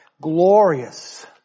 glorious